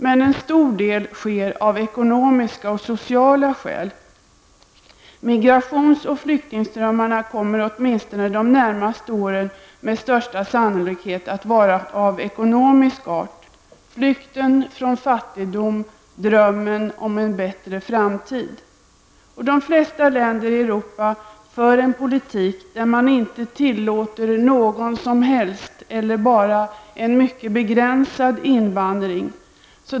Men en stor del av dem sker av ekonomiska och sociala skäl. Migrations och flyktingströmmarna kommer åtminstone under de närmaste åren med största sannolikhet att vara av ekonomisk art -- det handlar om flykten från fattigdom och om drömmen om en bättre framtid. De flesta länder i Europa för en politik som inte tillåter någon som helst invandring eller bara en mycket begränsad sådan.